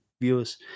viewers